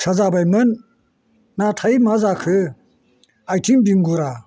फिसा जाबायमोन नाथाय मा जाखो आथिं देंगुरा